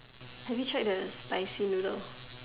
have you tried the spicy noodle